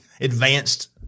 Advanced